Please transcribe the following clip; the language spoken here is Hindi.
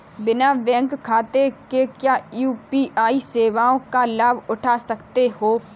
बिना बैंक खाते के क्या यू.पी.आई सेवाओं का लाभ उठा सकते हैं?